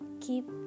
Keep